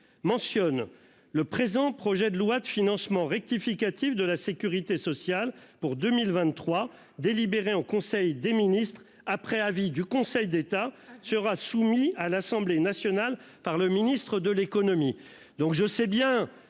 mentionne le présent projet de loi de financement rectificatif de la Sécurité sociale pour 2023. Délibéré en conseil des ministres après avis du Conseil d'État sera soumis à l'Assemblée nationale par le ministre de l'économie